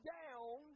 down